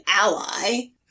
ally